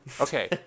Okay